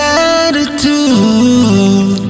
attitude